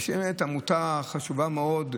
הם באמת עמותה חשובה מאוד,